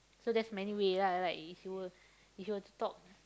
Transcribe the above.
so there's many way lah right if you were if you were to talk